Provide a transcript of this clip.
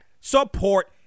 support